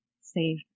save